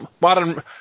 modern